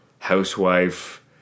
Housewife